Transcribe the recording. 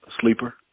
sleeper